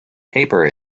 paper